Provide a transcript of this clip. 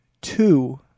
two